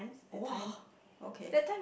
!wah! okay